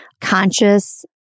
Conscious